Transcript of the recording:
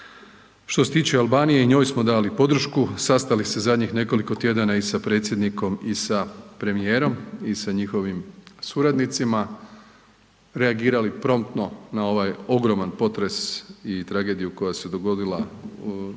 Što se tiče Albanije, i njoj smo dali podršku, sastali se zadnjih nekoliko tjedana i sa predsjednikom i sa premijerom i sa njihovim suradnicima, reagirali promptno na ovaj ogroman potres i tragediju koja se dogodila u